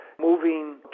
moving